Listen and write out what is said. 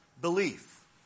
belief